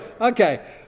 Okay